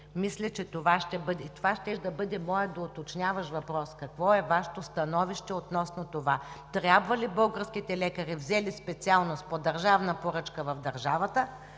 години. Това щеше да бъде моят доуточняващ въпрос: какво е Вашето становище относно това трябва ли българските лекари, взели специалност по държавна поръчка в държавата,